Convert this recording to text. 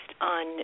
on